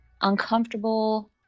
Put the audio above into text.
uncomfortable